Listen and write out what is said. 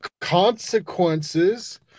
consequences